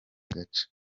gace